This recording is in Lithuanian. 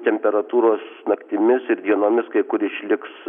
temperatūros naktimis ir dienomis kai kur išliks